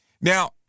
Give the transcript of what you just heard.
Now